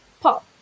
pop